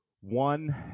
One